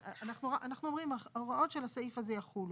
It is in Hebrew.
אנחנו אומרים "ההוראות של הסעיף הזה יחולו".